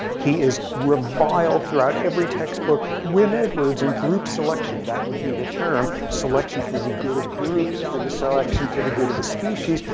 he is reviled throughout every textbook, wynne-edwards and group selection. that would be the term, selection selection for the good of groups, for the selection for the good of the species.